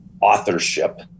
authorship